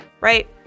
right